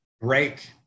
break